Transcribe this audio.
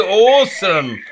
awesome